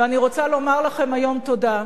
ואני רוצה לומר לכם היום: תודה,